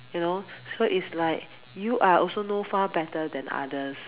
you know so is like you are also no far better than others